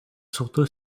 surtout